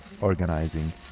organizing